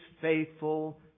faithful